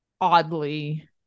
oddly